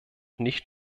nicht